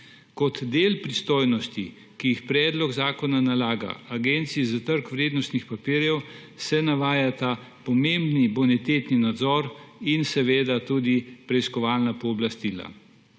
Kot del pristojnosti, ki jih predlog zakona nalaga Agenciji za trg vrednostnih papirjev, se navajata pomembni bonitetni nadzor in seveda tudi preiskovalna pooblastila.